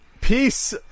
Peace